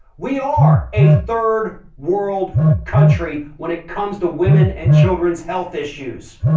we are a third world country when it comes to women and children's health issues.